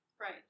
Right